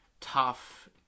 tough